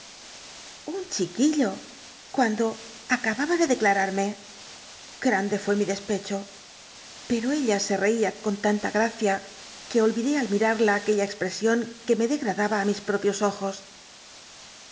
un chiquillo cuando acababa de declararme grande fué mi despecho pero ella se teia con t anla gracia que ohid al mirarla aquella expresión que me degradaba li mis ptopios ojos